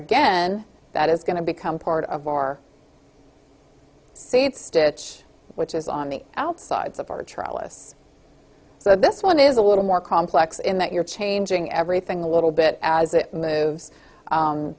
again that is going to become part of our seat stitch which is on the outside of our trellis so this one is a little more complex in that you're changing everything a little bit as it move